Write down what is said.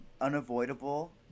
unavoidable